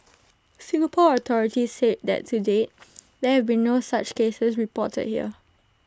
Singapore authorities said that to date there have been no such cases reported here